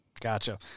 Gotcha